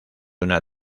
una